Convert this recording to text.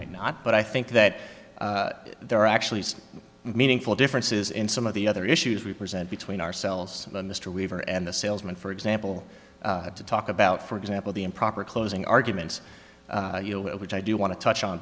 might not but i think that there are actually meaningful differences in some of the other issues we present between ourselves mr weaver and the salesman for example to talk about for example the improper closing arguments which i do want to touch on